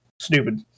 stupid